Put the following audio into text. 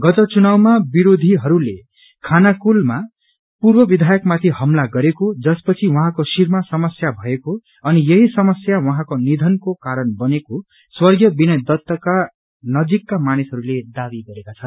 गत चुनाउमा विरोधीहरूले खानाकुलमा पूर्व विधायकमाथि हमला गरेको जसपछि उहाँको शिरमा समस्या भएको अनि यही समस्या उहाँको निधनको कारण बनेको स्वर्गीय विनय दत्तका नजिकका मानिसहरूले दावी गरेका छन्